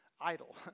idle